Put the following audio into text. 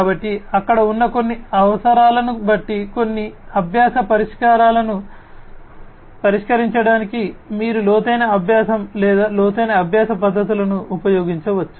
కాబట్టి అక్కడ ఉన్న కొన్ని అవసరాలను బట్టి కొన్ని అభ్యాస సమస్యలను పరిష్కరించడానికి మీరు లోతైన అభ్యాసం లేదా లోతైన అభ్యాస పద్ధతులను ఉపయోగించవచ్చు